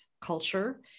culture